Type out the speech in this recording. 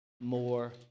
more